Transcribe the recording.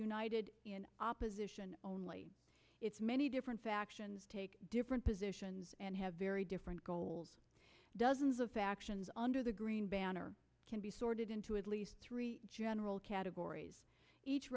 united in opposition only it's many different factions take different positions and have very different goals dozens of factions under the green banner can be sorted into at least three general categories each